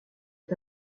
est